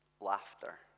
Laughter